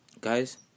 guys